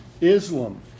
Islam